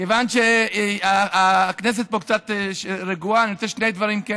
כיוון שהכנסת פה קצת רגועה אני רוצה לומר שני דברים: